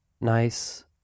nice